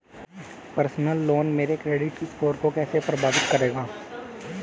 Personal loan मेरे credit score को कैसे प्रभावित करेगा?